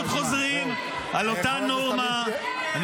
היית הראשון שצריך לעלות לכאן ולומר: אני